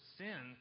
sin